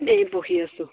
এই বহি আছোঁ